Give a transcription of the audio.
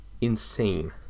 insane